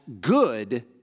good